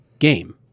game